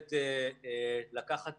יכולת לקחת